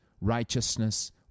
righteousness